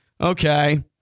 Okay